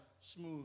smooth